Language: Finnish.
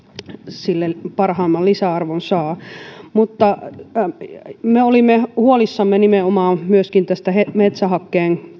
sille parhaimman lisäarvon saa mutta me olimme huolissamme nimenomaan myöskin tästä metsähakkeen